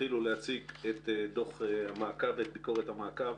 להתחיל ולהציג את ביקורת המעקב